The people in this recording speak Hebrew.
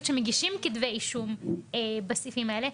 שמגישים כתבי אישום בסעיפים האלה.